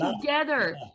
together